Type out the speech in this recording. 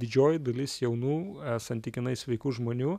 didžioji dalis jaunų santykinai sveikų žmonių